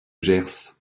gers